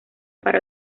para